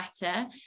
better